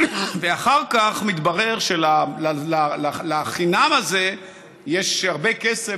ואחר כך מתברר שבחינם הזה יש הרבה כסף,